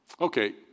okay